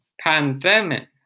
pandemic